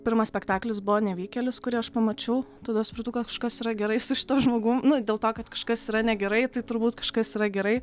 pirmas spektaklis buvo nevykėlis kurį aš pamačiau tada supratau kad kažkas yra gerai su šituo žmogum nu dėl to kad kažkas yra negerai tai turbūt kažkas yra gerai